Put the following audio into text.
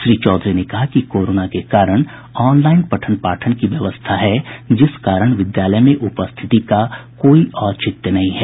श्री चौधरी ने कहा कि कोरोना के कारण ऑनलाईन पठन पाठन की व्यवस्था है जिस कारण विद्यालय में उपस्थिति का कोई औचित्य नहीं है